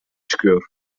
çıkıyor